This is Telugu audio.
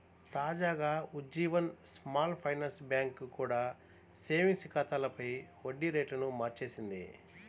తాజాగా ఉజ్జీవన్ స్మాల్ ఫైనాన్స్ బ్యాంక్ కూడా సేవింగ్స్ ఖాతాలపై వడ్డీ రేట్లను మార్చేసింది